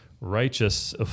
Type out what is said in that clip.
righteous